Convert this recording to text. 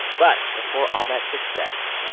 but before all that success,